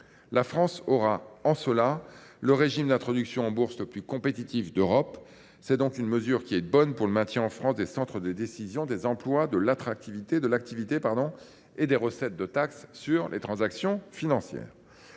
La France bénéficierait ainsi du régime d’introduction en bourse le plus compétitif d’Europe. Cette mesure est donc bonne pour le maintien en France des centres de décision, des emplois, de l’activité et des recettes de taxe sur les transactions financières.